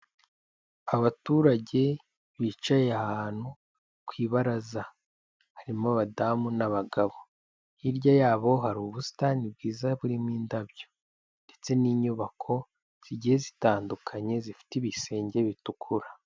Abaturage bicaye ahantu ku ibaraza, harimo abadamu n'abagabo, hirya yabo hari ubusitani bwiza burimo indabyo ndetse n'inyubako zigiye zitandukanye zifite ibisenge bitukura.